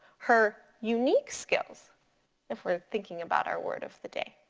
her unique skills if we're thinking about our word of the day.